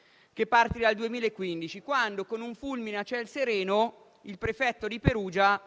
da prima, dal 2015, quando con un fulmine a ciel sereno, il prefetto di Perugia